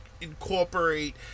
incorporate